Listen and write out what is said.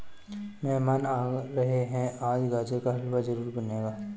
मेहमान आ रहे है, आज गाजर का हलवा जरूर बनेगा